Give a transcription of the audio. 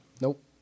Nope